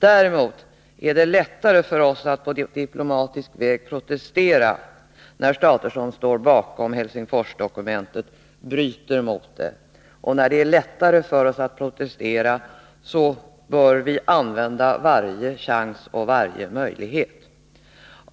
Däremot är det lättare för oss att på diplomatisk väg protestera när stater som står bakom Helsingforsdokumentet bryter mot det. Och när det är lättare för oss att protestera, bör vi använda varje chans och varje möjlighet.